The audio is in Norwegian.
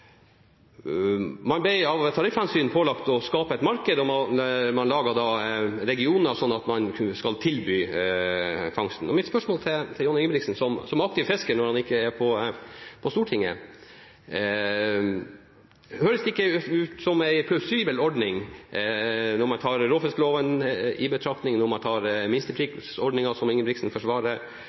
Man ble av tariffhensyn pålagt å skape et marked. Man laget da regioner, slik at man skulle tilby fangsten. Mitt spørsmål til Johnny Ingebrigtsen, som er aktiv fisker når han ikke er på Stortinget, er: Høres det ikke ut som en plausibel ordning når man tar råfiskloven i betraktning, når man tar minsteprisordningen i betraktning, som Ingebrigtsen forsvarer